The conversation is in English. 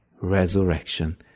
resurrection